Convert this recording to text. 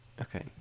Okay